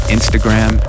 Instagram